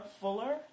fuller